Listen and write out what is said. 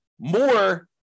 more